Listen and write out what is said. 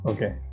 Okay